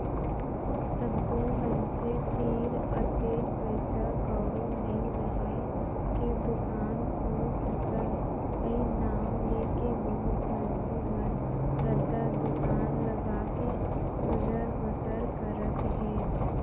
सब्बो मनसे तीर अतेक पइसा कउड़ी नइ राहय के दुकान खोल सकय अई नांव लेके बहुत मनसे मन रद्दा दुकान लगाके गुजर बसर करत हें